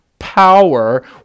power